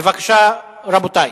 בבקשה, רבותי.